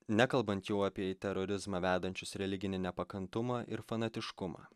nekalbant jau apie į terorizmą vedančius religinį nepakantumą ir fanatiškumą